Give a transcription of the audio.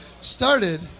started